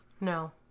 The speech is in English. No